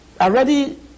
Already